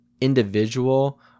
individual